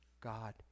God